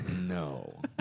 No